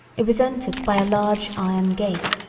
it was entered by a large iron gate,